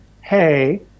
hey